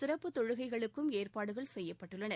சிறப்பு தொழுகைகளுக்கும் ஏற்பாடுகள் செய்யப்பட்டுள்ளன